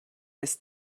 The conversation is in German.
ist